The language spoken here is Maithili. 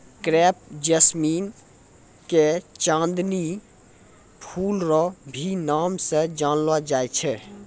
क्रेप जैस्मीन के चांदनी फूल रो भी नाम से जानलो जाय छै